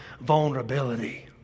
vulnerability